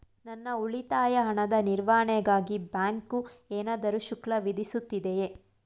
ನನ್ನ ಉಳಿತಾಯ ಹಣದ ನಿರ್ವಹಣೆಗಾಗಿ ಬ್ಯಾಂಕು ಏನಾದರೂ ಶುಲ್ಕ ವಿಧಿಸುತ್ತದೆಯೇ?